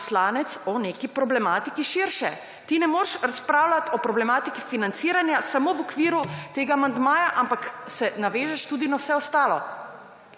poslanec o neki problematiki širše. Ti ne moreš razpravljati o problematiki financiranja samo v okviru tega amandmaja, ampak se navežeš tudi na vse ostalo